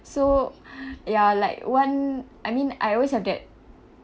so ya like one I mean I always have that